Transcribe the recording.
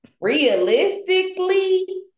realistically